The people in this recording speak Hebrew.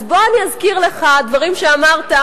אז בוא אני אזכיר לך דברים שאמרת,